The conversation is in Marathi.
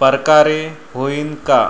परकारे होईन का?